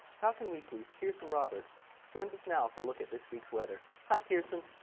falcon weekly's kearson roberts joins us now for a look at this week's weather. hi kearson!